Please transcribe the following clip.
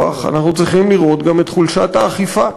אנחנו צריכים לראות גם את חולשת האכיפה,